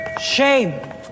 Shame